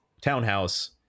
townhouse